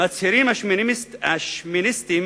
מצהירים השמיניסטים